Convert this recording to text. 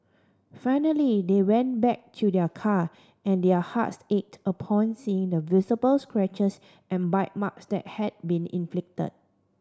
finally they went back to their car and their hearts ached upon seeing the visible scratches and bite marks that had been inflicted